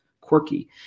quirky